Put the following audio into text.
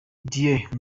dieu